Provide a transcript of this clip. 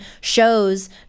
shows